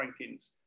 rankings